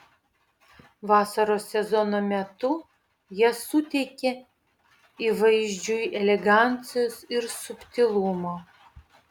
vasaros sezono metu jie suteikia įvaizdžiui elegancijos ir subtilumo